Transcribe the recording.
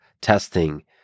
testing